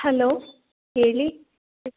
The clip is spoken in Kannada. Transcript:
ಹಲೋ ಹೇಳಿ